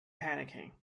panicking